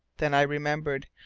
then i remembered!